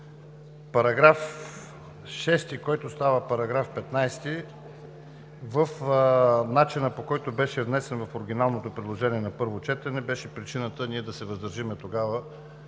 § 6, който става § 15, в начина, по който беше внесен в оригиналното предложение на първо четене, беше причината ние да се въздържим тогава